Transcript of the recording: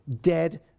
dead